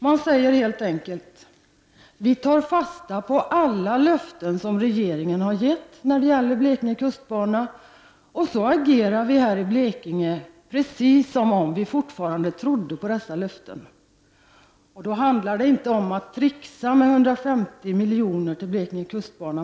Man säger helt enkelt: Vi här i Blekinge tar fasta på alla löften som regeringen har gett när det gäller Blekinge kustbana och agerar precis som om vi fortfarande trodde på dessa löften. Det handlar inte, Marianne Stålberg, om att trixa med 150 miljoner till Blekinge kustbana.